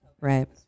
Right